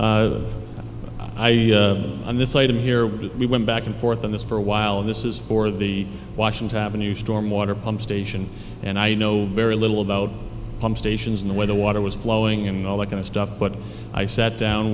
on this item here with it we went back and forth on this for a while this is for the washington avenue storm water pump station and i know very little about pump stations in the way the water was flowing and all that kind of stuff but i sat down